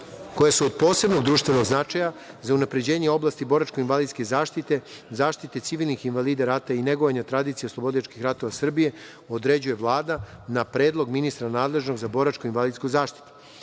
koja su od posebnog društvenog značaja za unapređenje oblasti boračko-invalidske zaštite i zaštite civilnih invalida rata i negovanja tradicije oslobodilačkih ratova Srbije određuje Vlada na predlog ministra nadležnog za boračko-invalidsku zaštitu.